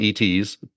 et's